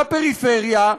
בפריפריה,